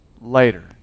later